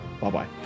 Bye-bye